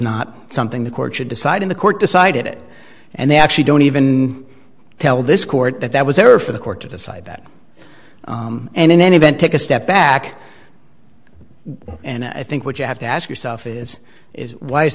not something the court should decide in the court decided it and they actually don't even tell this court that that was ever for the court to decide that and in any event take a step back and i think what you have to ask yourself is why i